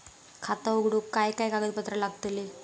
खाता उघडूक काय काय कागदपत्रा लागतली?